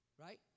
right